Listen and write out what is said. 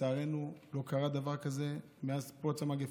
שלצערנו לא קרה דבר כזה מאז פרוץ המגפה,